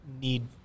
need